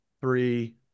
three